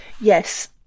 Yes